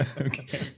Okay